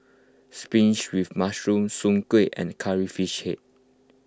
spinach with mushroom Soon Kuih and Curry Fish Head